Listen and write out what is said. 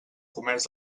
comerç